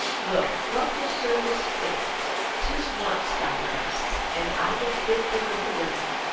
look, what will serve is fit tis once, thou lov'st, and i will fit thee with the remedy.